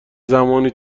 زمانی